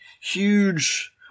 huge